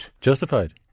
Justified